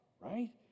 right